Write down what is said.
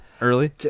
early